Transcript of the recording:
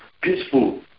peaceful